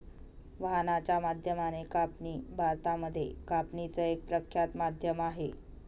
वाहनाच्या माध्यमाने कापणी भारतामध्ये कापणीच एक प्रख्यात माध्यम आहे